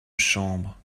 chambre